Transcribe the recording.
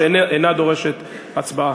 שאינה דורשת הצבעה.